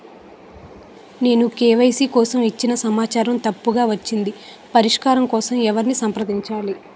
నేను కే.వై.సీ కోసం ఇచ్చిన సమాచారం తప్పుగా వచ్చింది పరిష్కారం కోసం ఎవరిని సంప్రదించాలి?